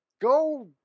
Go